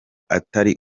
atari